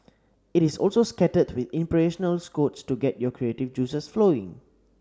it is also scattered with quotes to get your creative juices flowing